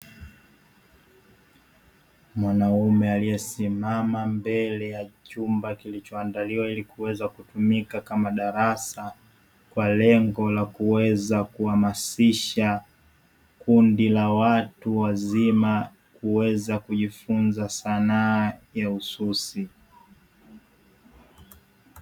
Mwanaume aliyesimama mbele ya chumba kilichoandaliwa ili kuweza kutumika kama darasa, kwa lengo la kuweza kuhamasisha kundi la watu wazima kuweza kujifunza sanaa ya ususi.